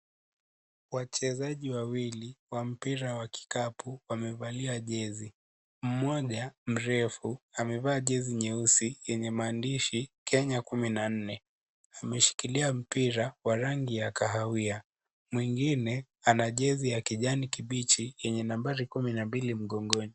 Wachezaji wawili wa mpira wa kikapu wamevalia jesi. Mmoja mrefu amevaa jesi nyeusi yenye maandishi "Kenya Kumi na Nne". Ameshikilia mpira wa rangi ya kahawia, mwingine ana jesi ya kijani kibichi yenye nambari kumi na mbili mgongoni.